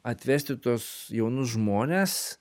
atvesti tuos jaunus žmones